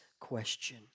question